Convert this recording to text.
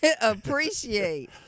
appreciate